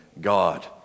God